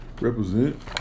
represent